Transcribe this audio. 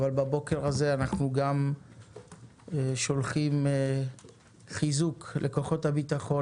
אבל בבוקר זה אנחנו גם שולחים חיזוק לכוחות הביטחון